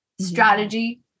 strategy